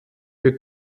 wir